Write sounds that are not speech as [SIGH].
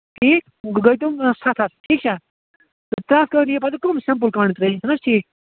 ٹھیٖک گٔے تِم سَتھ ہَتھ ٹھیٖک چھا ترٛےٚ ہَتھ کانٛگرِ گٔے پَتہٕ کُم سِمپٔل کانٛگرِ [UNINTELLIGIBLE] چھِ نہٕ حظ ٹھیٖک